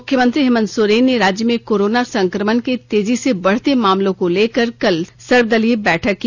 मुख्यमंत्री हेमंत सोरेन ने राज्य में कोरोना संकमण के तेजी से बढ़ते मामलों को लेकर कल सर्वदलीय बैठक की